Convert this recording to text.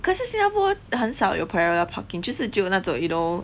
可是新加坡很少有 parallel parking 就是只有那种 you know